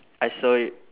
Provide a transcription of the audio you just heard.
I saw it